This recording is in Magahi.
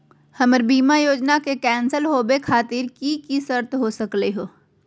हमर बीमा योजना के कैन्सल होवे खातिर कि कि शर्त हो सकली हो?